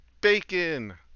Bacon